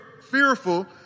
fearful